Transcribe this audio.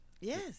yes